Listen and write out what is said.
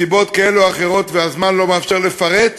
מסיבות כאלה ואחרות, והזמן לא מאפשר לפרט,